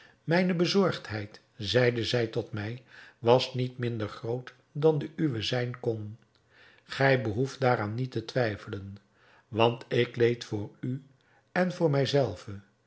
mijne bezorgdheid zeide zij tot mij was niet minder groot dan de uwe zijn kon gij behoeft daaraan niet te twijfelen want ik leed voor u en voor